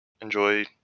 enjoy